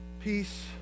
peace